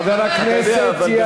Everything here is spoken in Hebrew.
תן להם, חבר הכנסת ילין.